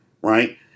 right